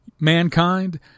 Mankind